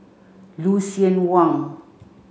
Lucien Wang